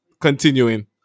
continuing